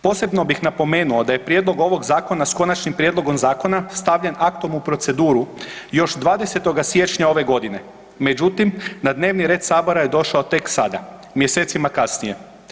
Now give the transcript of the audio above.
Posebno bih napomenuo da je prijedlog ovog zakona s Konačnim prijedlogom Zakona stavljen aktom u proceduru još 20. siječnja ove godine, međutim na dnevni red Sabora je došao tek sada, mjesecima kasnije.